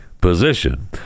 position